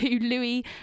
Louis